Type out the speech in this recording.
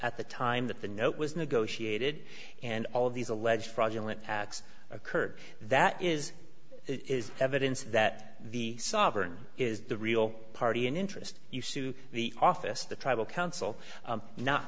at the time that the note was negotiated and all of these alleged fraudulent acts occurred that is it is evidence that the sovereign is the real party in interest you sue the office the tribal council